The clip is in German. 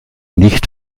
nicht